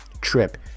trip